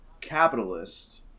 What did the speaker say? capitalist